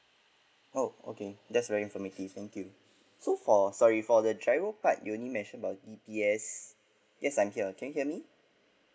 oh okay that's very informative thank you so for sorry for the travel part you did mentioned about D_B_S yes I'm here can you hear me